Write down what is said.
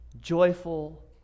joyful